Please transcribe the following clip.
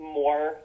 more